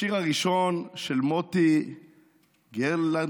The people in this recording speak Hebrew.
השיר הראשון הוא של מוטי גלרנטר,